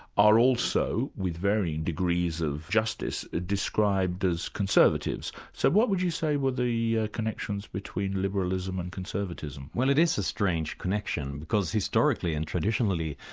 are also, with varying degrees of justice, ah described as conservatives. so what would you say were the connections between liberalism and conservatism? well it is a strange connection, because historically and traditionally,